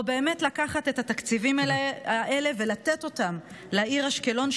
או באמת לקחת את התקציבים האלה ולתת אותם לעיר אשקלון,